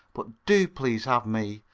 but do please have me.